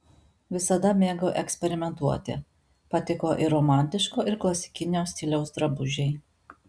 visada mėgau eksperimentuoti patiko ir romantiško ir klasikinio stiliaus drabužiai